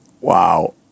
Wow